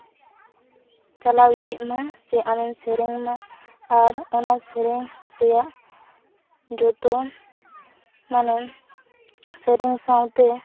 ᱪᱟᱞᱟᱣ ᱤᱫᱤᱜ ᱢᱟ ᱥᱮ ᱟᱢᱮᱢ ᱥᱮᱨᱮᱧ ᱚᱱᱟ ᱟᱨ ᱚᱱᱟ ᱥᱮᱨᱮᱧ ᱨᱮᱭᱟᱜ ᱡᱚᱛᱚ ᱢᱟᱱᱮᱢ ᱥᱮᱨᱮᱧ ᱥᱟᱶᱛᱮ